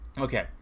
Okay